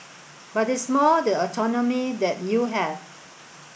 but it's more the autonomy that you have